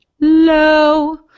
Low